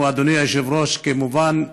אנחנו, אדוני היושב-ראש, כמובן,